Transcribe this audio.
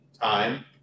time